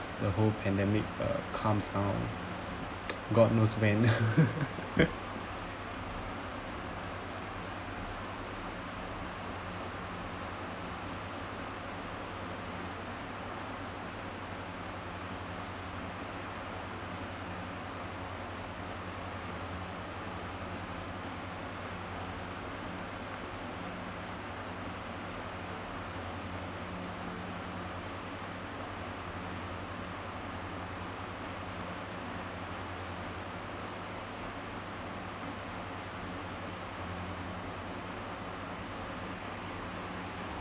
the whole pandemic uh calms down god knows when